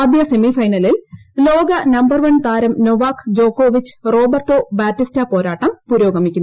ആദ്യസെമീഫൈനലിൽ ലോക number one താരം Novak ജോക്കോവിച്ച് റോബർട്ടോ ബാറ്റിസ്റ്റാ പോരാട്ടം പുരോഗമിക്കുന്നു